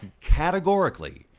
categorically